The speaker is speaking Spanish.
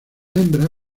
hembra